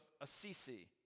Assisi